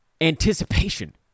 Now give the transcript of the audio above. anticipation